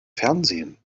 fernsehen